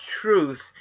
truth